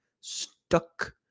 Stuck